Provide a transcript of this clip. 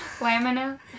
Lamina